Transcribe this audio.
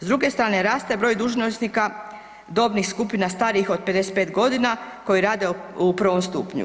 S druge strane, raste broj dužnosnika dobnih skupina starijih od 55 godina koji rade u prvom stupnju.